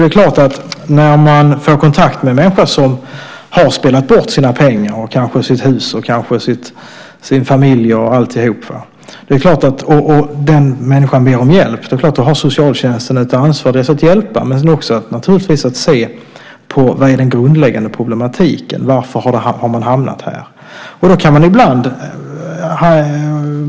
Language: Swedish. När socialtjänsten får kontakt med en människa som har spelat bort sina pengar och kanske sitt hus, sin familj och allt och som ber om hjälp är det klart att socialtjänsten har ett ansvar att hjälpa men naturligtvis också att titta på vad som är den grundläggande problematiken och varför denna person har hamnat i detta.